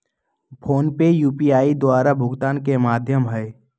PhonePe UPI द्वारा भुगतान के माध्यम हइ